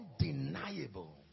undeniable